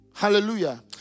Hallelujah